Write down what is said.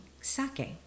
sake